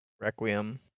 Requiem